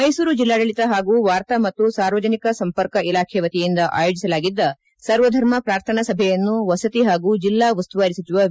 ಮೈಸೂರು ಜಿಲ್ಲಾಡಳಿತ ಹಾಗೂ ವಾರ್ತಾ ಮತ್ತು ಸಾರ್ವಜನಿಕ ಸಂಪರ್ಕ ಇಲಾಖೆ ವತಿಯಿಂದ ಆಯೋಜಿಸಲಾಗಿದ್ದ ಸರ್ವ ಧರ್ಮ ಪ್ರಾರ್ಥನಾ ಸಭೆಯನ್ನು ವಸತಿ ಹಾಗೂ ಜಿಲ್ಲಾ ಉಸ್ತುವಾರಿ ಸಚಿವ ವಿ